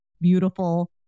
beautiful